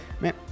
man